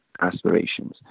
aspirations